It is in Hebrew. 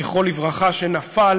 זכרו לברכה, שנפל